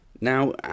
Now